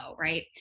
right